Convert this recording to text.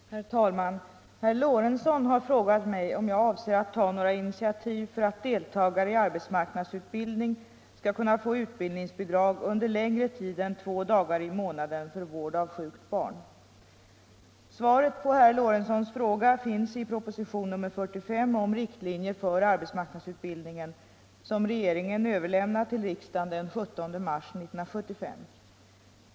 Herr talman! Herr Lorentzon har frågat mig om jag avser att ta några initiativ för att deltagare i arbetsmarknadsutbildning skall kunna få utbildningsbidrag under längre tid än två dagar i månaden för vård av sjukt barn. Svaret på herr Lorentzons fråga finns i propositionen 45 om riktlinjer för arbetsmarknadsutbildningen, som regeringen överlämnade till riksdagen den 17 mars 1975.